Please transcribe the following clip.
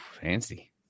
fancy